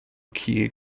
key